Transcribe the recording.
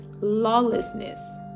lawlessness